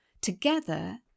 Together